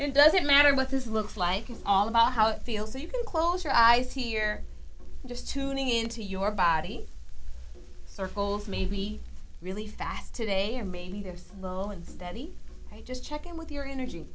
it doesn't matter what this looks like it's all about how it feels so you can close your eyes here just tuning into your body circles maybe really fast today and maybe they're slow and steady just checking with your energy